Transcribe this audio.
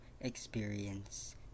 experience